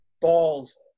balls